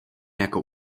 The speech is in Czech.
jako